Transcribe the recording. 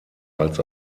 als